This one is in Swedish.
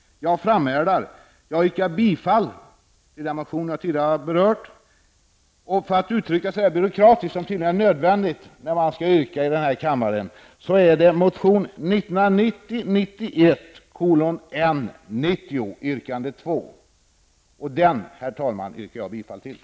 Jag framhärdar, och jag yrkar bifall till den motion jag tidigare har nämnt. För att uttrycka mig så byråkratiskt som tydligen är nödvändigt när man skall yrka i den här kammaren vill jag säga att det är fråga om motion 1990/91:N90 yrkande 2. Den, herr talman, yrkar jag bifall till.